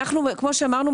כמו שאמרנו,